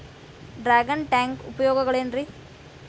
Dragon tank ಉಪಯೋಗಗಳೆನ್ರಿ?